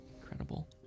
Incredible